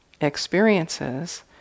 experiences